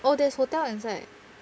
oh there's hotel inside